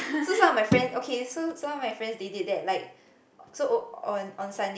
so some of friends okay so some of my friend they did that like so on on Sunday